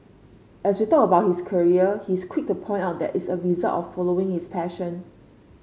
as we talk about his career he is quick to point out that it's a result of following his passion